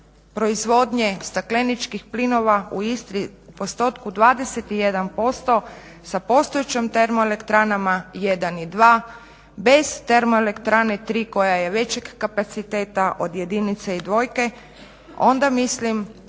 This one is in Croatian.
proizvodnje stakleničkih plinova u Istri, postotku 21% sa postojećim termoelektranama 1 i 2, bez termoelektrane 3 koja je većeg kapaciteta od 1 i 2, onda mislim